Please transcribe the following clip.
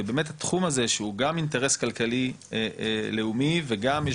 ובאמת התחום הזה שהוא גם אינטרס כלכלי לאומי וגם יש